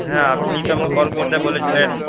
হ্যাঁ আপনি তো আমাকে কল করতে বলেছিলেন